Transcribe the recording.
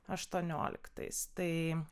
aštuonioliktais tai